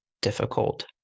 difficult